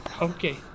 Okay